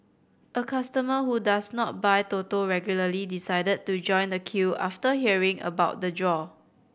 a customer who does not buy Toto regularly decided to join the queue after hearing about the draw